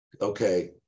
okay